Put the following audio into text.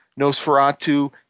Nosferatu